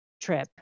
trip